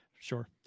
Sure